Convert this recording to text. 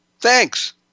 Thanks